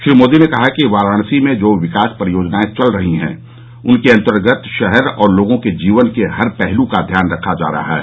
श्री मोदी ने कहा कि वाराणसी में जो विकास परियोजनाएं चल रही हैं उनके अंतर्गत शहर और लोगों के जीवन के हर पहलू का ध्यान रखा जा रहा है